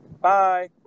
Bye